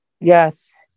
Yes